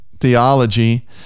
theology